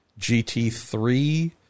GT3